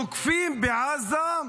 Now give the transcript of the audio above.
תוקפים בעזה,